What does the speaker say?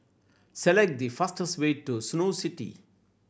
select the fastest way to Snow City